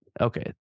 okay